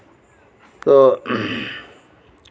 ᱛᱳ